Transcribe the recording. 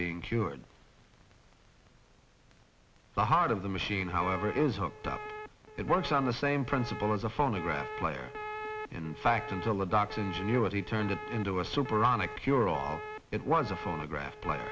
being cured the heart of the machine however is hooked up it works on the same principle as a phonograph player in fact until a doctor ingenuity turned it into a super on a pure it was a phonograph